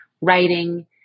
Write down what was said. writing